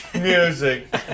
Music